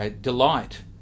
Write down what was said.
delight